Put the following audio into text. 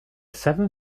seven